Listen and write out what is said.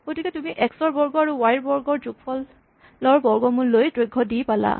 গতিকে তুমি এক্স ৰ বৰ্গ আৰু ৱাই ৰ বৰ্গৰ যোগফলৰ বৰ্গমূল লৈ দৈৰ্ঘ ডি পালা